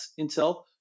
intel